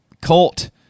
cult